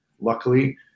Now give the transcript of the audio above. luckily